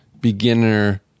beginner